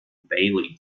bailey